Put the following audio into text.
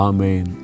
Amen